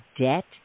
debt